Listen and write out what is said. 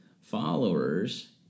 followers